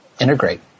integrate